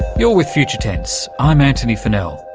you're with future tense i'm antony funnell.